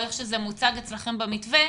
איך שזה מוצג אצלכם במתווה,